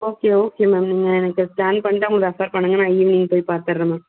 okay okay ma'am நீங்கள் எனக்கு scan பண்ணிவிட்டு அவங்களை ரெஃப்பர் பண்ணுங்க நான் ஈவினிங் போய் பார்த்துர்றேன் மேம்